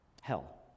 hell